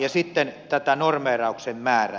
sitten tätä normeerauksen määrää